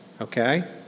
Okay